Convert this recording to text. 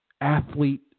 athlete